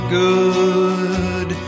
good